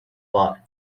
war